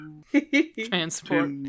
transport